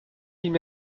mille